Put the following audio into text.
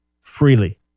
freely